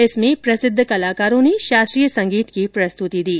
इसमें प्रसिद्ध कलाकारों ने शास्त्रीय संगीत की प्रस्तुति दी